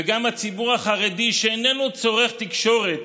וגם הציבור החרדי שאיננו צורך תקשורת